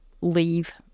leave